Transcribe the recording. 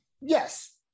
Yes